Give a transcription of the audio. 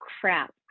crap